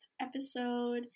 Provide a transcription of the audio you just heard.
episode